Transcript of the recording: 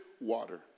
water